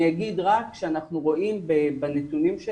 אנחנו רואים בנתונים,